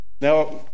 Now